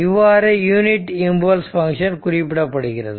இவ்வாறு unit impulse function குறிப்பிடப்படுகிறது